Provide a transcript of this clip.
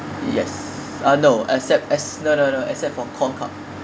yes uh no except ex~ no no no except for corn cup